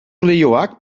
leioak